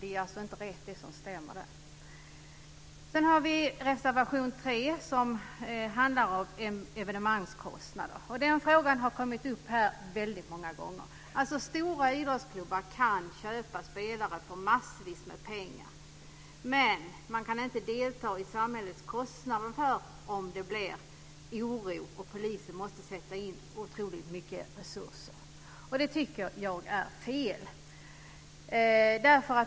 De har i stället lämnat ett särskilt yttrande. Den frågan har varit uppe till behandling många gånger. Det handlar om att stora idrottsklubbar kan köpa spelare för massvis med pengar, men de kan inte vara med och delta i samhällets kostnader i samband med händelser som kräver stora insatser från polisens sida.